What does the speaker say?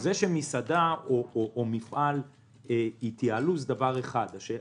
זה שמסעדה או מפעל יתייעלו זה דבר אחד.